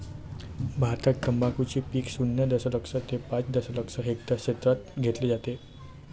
भारतात तंबाखूचे पीक शून्य दशलक्ष ते पाच दशलक्ष हेक्टर क्षेत्रात घेतले जाते